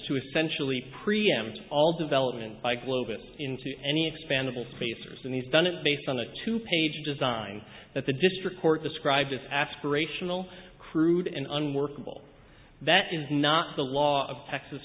to essentially preempt all development by globus into any expendable basis and he's done it based on a two page design that the district court described as aspirational crude and unworkable that is not the law of texas